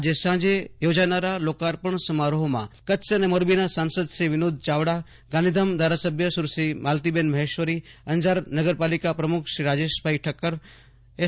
આજે સાંજે યોજાનારા લોકાપર્ણ સમારોહમાં કચ્છ મોરબી સાસંદ શ્રી વિનોદભાઈ ચાવડા ગાંધીધામ ધારાસભ્ય સુંશ્રી માલતીબેન મહેશ્વરી અંજાર નગરપાલિકા પ્રમુખ શ્રી રાજેશભાઈ ઠકકર એસ